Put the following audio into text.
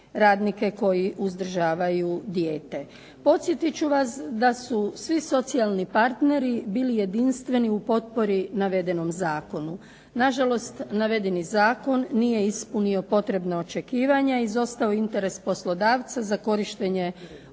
radnike koji uzdržavaju dijete. Podsjetit ću vas da su svi socijalni partneri bili jedinstveni u potpori navedenom zakonu. Nažalost, navedeni zakon nije ispunio potrebna očekivanja. Izostao je interes poslodavca za korištenje